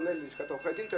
--- ללשכת עורכי הדין,